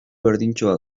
berdintsua